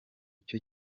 cyo